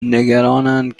نگرانند